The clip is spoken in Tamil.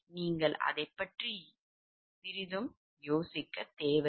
நீங்கள் அதைப் பற்றி யோசிப்பீர்கள்